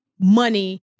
money